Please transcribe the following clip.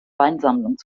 weinsammlung